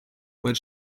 what